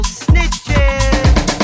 snitches